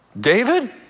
David